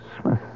Smith